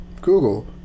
Google